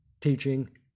teaching